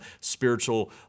spiritual